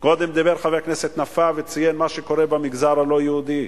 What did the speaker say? קודם דיבר חבר הכנסת נפאע וציין מה שקורה במגזר הלא-יהודי,